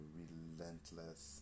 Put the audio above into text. relentless